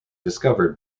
discovered